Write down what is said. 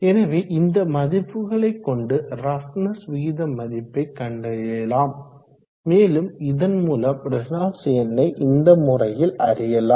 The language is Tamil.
எனவே இந்த மதிப்புகளை கொண்டு ரஃப்னஸ் விகித மதிப்பை கண்டறியலாம் மேலும் இதன்மூலம் ரேனால்ட்ஸ் எண்ணை இந்த முறையில்அறியலாம்